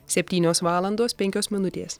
septynios valandos penkios minutės